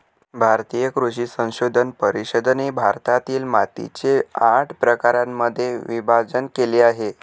भारतीय कृषी संशोधन परिषदेने भारतातील मातीचे आठ प्रकारांमध्ये विभाजण केले आहे